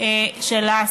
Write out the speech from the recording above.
מחודש,